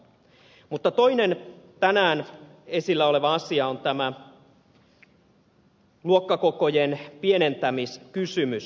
mutta toinen tänään esillä oleva asia on tämä luokkakokojen pienentämiskysymys